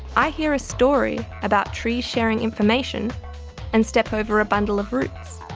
i hear a story about trees sharing information and step over a bundle of roots.